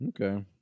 okay